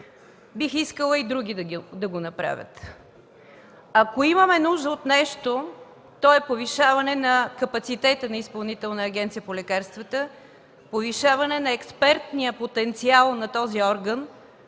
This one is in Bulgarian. бих искала и други да го направят. Ако имаме нужда от нещо, то е повишаване на капацитета на Изпълнителната агенция по лекарствата, повишаване на експертния потенциал на този орган,